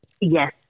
Yes